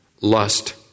Lust